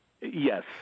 Yes